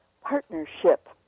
PARTNERSHIP